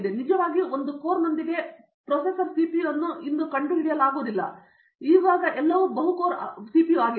ಈಗ ನೀವು ನಿಜವಾಗಿಯೂ 1 ಕೋರ್ನೊಂದಿಗೆ ಪ್ರೊಸೆಸರ್ ಸಿಪಿಯು ಅನ್ನು ಇಂದು ಕಂಡುಹಿಡಿಯಲಾಗುವುದಿಲ್ಲ ಇದು ಎಲ್ಲಾ ಬಹು ಕೋರ್ ಆಗಿದೆ